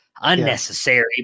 unnecessary